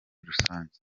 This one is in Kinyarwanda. rusange